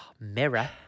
Mirror